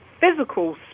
physical